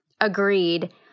agreed